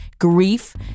Grief